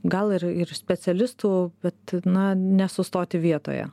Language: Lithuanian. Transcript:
gal ir ir specialistų bet na nesustoti vietoje